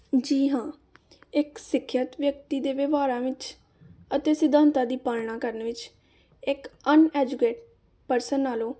ਜੀ ਹਾਂ ਇੱਕ ਸਿੱਖਿਅਤ ਵਿਅਕਤੀ ਦੇ ਵਿਵਹਾਰਾਂ ਵਿੱਚ ਅਤੇ ਸਿਧਾਂਤਾਂ ਦੀ ਪਾਲਣਾ ਕਰਨ ਵਿੱਚ ਇੱਕ ਅਨਐਜੂਕੇਟ ਪਰਸਨ ਨਾਲੋਂ